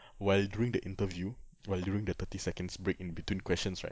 while during the interview while during the thirty seconds break in between questions right